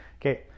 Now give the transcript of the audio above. Okay